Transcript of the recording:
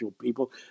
people